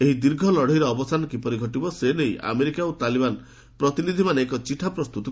ଏହି ଦୀର୍ଘ ଲଢ଼େଇର ଅବସାନ କିପରି ଘଟିବ ସେ ନେଇ ଆମେରିକା ଓ ତାଲିବାନ ପ୍ରତିନିଧିମାନେ ଏକ ଚିଠା ପ୍ରସ୍ତୁତ କରିଛନ୍ତି